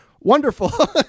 wonderful